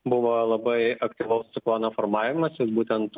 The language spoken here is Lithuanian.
buvo labai aktyvaus ciklono formavimasis būtent